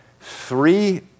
three